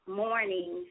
morning